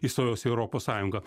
įstojus į europos sąjungą